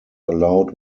allowed